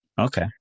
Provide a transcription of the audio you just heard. Okay